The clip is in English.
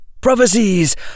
prophecies